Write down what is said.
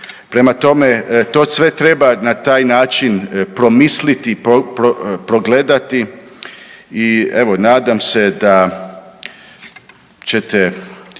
Prema tome, to sve treba na taj način promisliti, progledati i evo nadam se da ćete